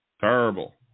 Terrible